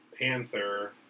Panther